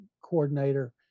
coordinator